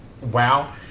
Wow